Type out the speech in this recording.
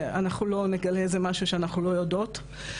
אנחנו לא נגלה איזה משהו שאנחנו לא יודעות.